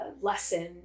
lesson